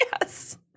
Yes